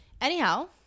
Anyhow